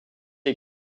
est